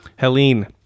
Helene